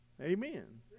Amen